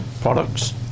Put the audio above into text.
products